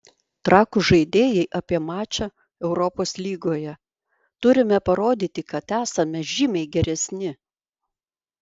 trakų žaidėjai apie mačą europos lygoje turime parodyti kad esame žymiai geresni